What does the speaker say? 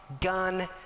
gun